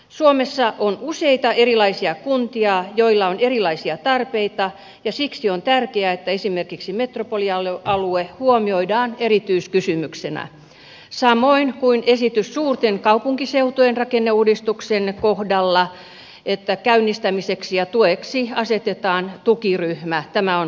suomessa on useita erilaisia kuntia joilla on erilaisia tarpeita ja siksi on tärkeää että esimerkiksi metropolialue huomioidaan erityiskysymyksenä samoin kuin esitys suurten kaupunkiseutujen rakenneuudistuksen käynnistämiseksi ja tueksi asetettavasta tukiryhmästä on kannatettava